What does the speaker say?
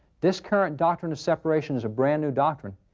this current doctrine of separation is a brand new doctrine.